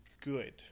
good